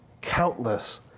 countless